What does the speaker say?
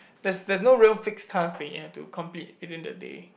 there's there's no real fixed task that you have to complete within the day